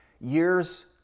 years